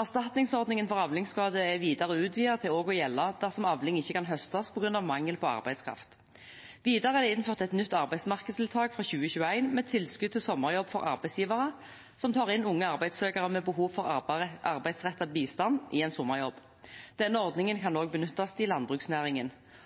Erstatningsordningen for avlingsskader er videre utvidet til også å gjelde dersom avling ikke kan høstes på grunn av mangel på arbeidskraft. Videre er det innført et nytt arbeidsmarkedstiltak fra 2021 med tilskudd til sommerjobb for arbeidsgivere som tar inn unge arbeidssøkere med behov for arbeidsrettet bistand, i en sommerjobb. Denne ordningen kan også benyttes i landbruksnæringen.